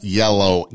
yellow